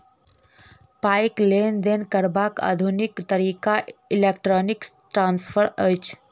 पाइक लेन देन करबाक आधुनिक तरीका इलेक्ट्रौनिक ट्रांस्फर अछि